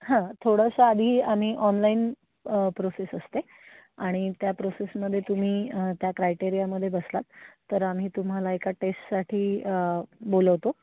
हां थोडंसं आधी आम्ही ऑनलाईन प्रोसेस असते आणि त्या प्रोसेसमध्ये तुम्ही त्या क्रायटेरियामध्ये बसलात तर आम्ही तुम्हाला एका टेस्टसाठी बोलवतो